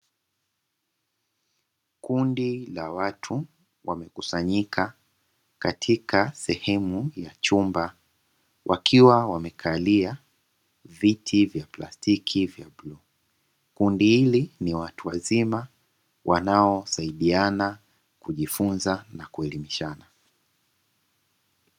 Kundi la watu wamekusanyika katika sehemu ya chumba wakiwa wamekalia viti vya plastiki. Kundi hili ni watu wazima wanaosaidiana kujifunza na kuelimishana.